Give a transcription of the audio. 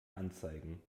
anzeigen